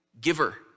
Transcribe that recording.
giver